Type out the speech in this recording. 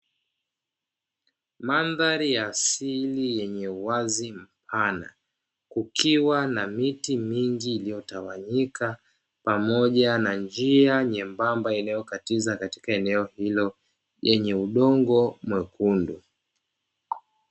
Mandhari ya asili yenye uwazi mpana kukiwa na miti mingi iliyotawanyika pamoja na njia nyembamba, inayokatiza katika eneo hilo lenye udongo mwekundu.